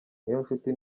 niyonshuti